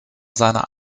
seiner